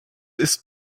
ist